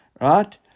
right